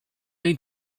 jej